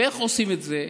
ואיך עושים את זה?